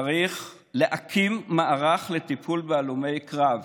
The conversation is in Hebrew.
צריך להקים מערך לטיפול בהלומי קרב.